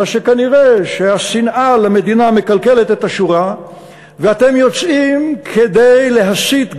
אלא שכנראה השנאה למדינה מקלקלת את השורה ואתם יוצאים כדי להסית,